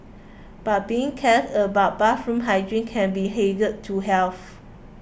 but being careless about bathroom hygiene can be hazard to health